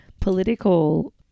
political